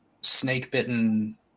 snake-bitten